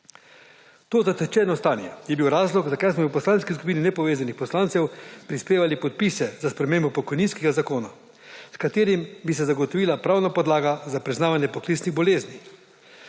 To zatečeno stanje je bilo razlog, zakaj smo v Poslanski skupini nepovezanih poslancev prispevali podpise za spremembo pokojninskega zakona, s katero bi se zagotovila pravna podlaga za priznavanje poklicnih bolezni.